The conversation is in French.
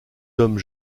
d’hommes